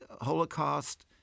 Holocaust